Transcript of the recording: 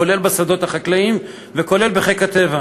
כולל בשדות החקלאיים וכולל בחיק הטבע.